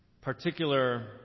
particular